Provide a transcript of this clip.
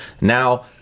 Now